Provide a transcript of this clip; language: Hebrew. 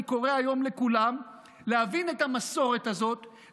אני קורא היום לכולם להבין את המסורת הזאת,